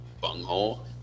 bunghole